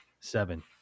Seven